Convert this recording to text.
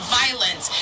violence